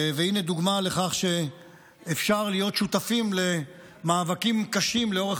והינה דוגמה לכך שאפשר להיות שותפים למאבקים קשים לאורך